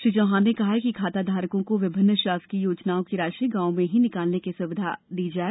श्री चौहान ने कहा कि खाताधारकों को विभिन्न शासकीय योजनाओं की राशि गाँव में ही निकालने की सुविधा भी प्रदान की जाए